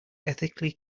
ethically